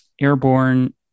airborne